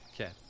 Okay